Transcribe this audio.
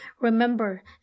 Remember